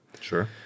Sure